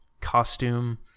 costume